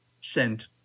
sent